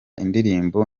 indirimbo